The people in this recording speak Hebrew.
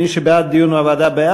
מי שבעד דיון בוועדה,